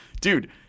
dude